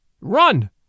Run